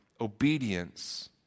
obedience